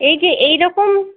এই যে এই রকম